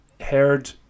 heard